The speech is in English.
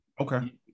Okay